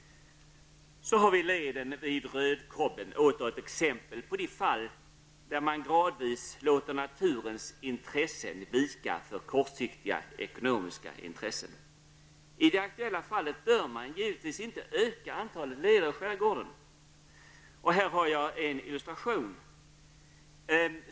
Så har vi leden vid Rödkobben, åter ett exempel på de fall när man gradvis låter naturens intressen vika för kortsiktigt ekonomiska intressen. I det aktuella fallet bör man givetvis inte öka antalet leder i skärgården. Här har jag en illustration.